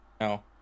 No